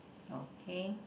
okay